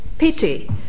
Pity